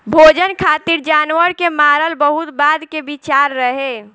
भोजन खातिर जानवर के मारल बहुत बाद के विचार रहे